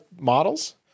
models